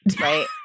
right